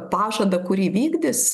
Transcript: pažadą kurį vykdys